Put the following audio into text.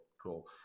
cool